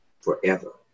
forever